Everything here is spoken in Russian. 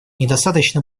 недостаточно